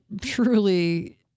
truly